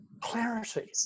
clarity